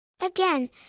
Again